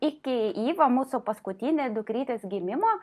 iki ivo mūsų paskutinės dukrytės gimimo